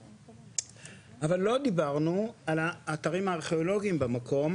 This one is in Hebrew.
אבל, לא דיברנו על האתרים הארכיאולוגים במקום,